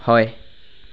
হয়